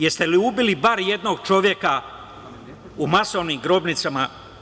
Jeste li ubili bar jednog čoveka u masovnim grobnicama?